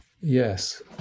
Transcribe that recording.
Yes